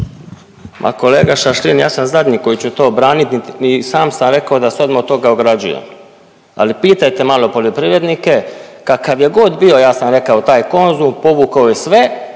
Ma kolega Šašlin, ja sam zadnji koji ću to braniti ni sam sam rekao da se odmah od toga ograđujem. Ali pitajte malo poljoprivrednike, kakav je god bio, ja sam rekao, taj Konzum, povukao je sve